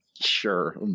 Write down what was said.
sure